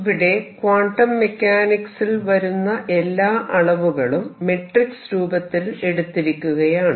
ഇവിടെ ക്വാണ്ടം മെക്കാനിക്സിൽ വരുന്ന എല്ലാ അളവുകളും മെട്രിക്സ് രൂപത്തിൽ എടുത്തിരിക്കുകയാണ്